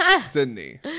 sydney